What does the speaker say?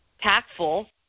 tactful